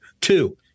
Two